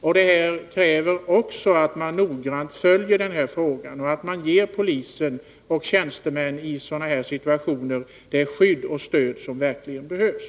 Också det kräver att man noggrant följer den här frågan och ger poliser och tjänstemän i sådana situationer det skydd och stöd som verkligen behövs.